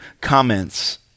comments